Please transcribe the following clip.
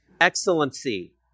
excellency